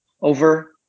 over